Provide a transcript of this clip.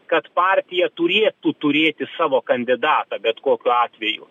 kad partija turėtų turėti savo kandidatą bet kokiu atveju